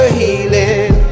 healing